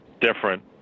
different